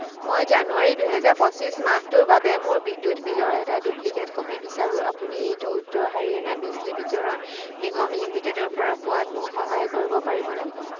মই জানুৱাৰী দুহেজাৰ পঁচিছ মাহটোৰ বাবে মোৰ বিদ্যুৎ বিলৰ এটা ডুপ্লিকেট কপি বিচাৰোঁ আপুনি এইটো উত্তৰ হাৰিয়ানা বিজলী বিতৰণ নিগম লিমিটেডৰপৰা পোৱাত মোক সহায় কৰিব পাৰিবনে